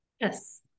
yes